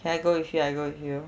K I go with you I go with you